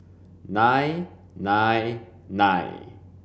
nine nine nine